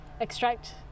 extract